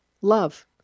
love